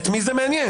את מי זה מעניין?